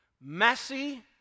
Messy